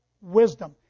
wisdom